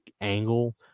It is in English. angle